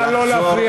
נא לא להפריע,